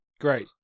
Great